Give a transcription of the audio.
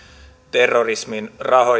terrorismin